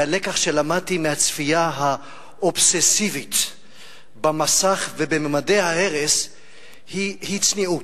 והלקח שלמדתי מהצפייה האובססיבית במסך ובממדי ההרס הוא צניעות.